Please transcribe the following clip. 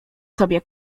sobie